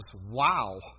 wow